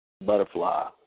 butterfly